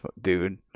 dude